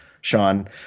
Sean